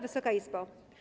Wysoka Izbo!